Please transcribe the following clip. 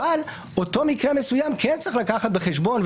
אבל כן צריך לקחת בחשבון,